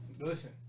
listen